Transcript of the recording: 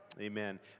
Amen